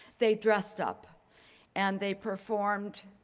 they dressed up and they performed